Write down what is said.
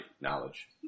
knowledge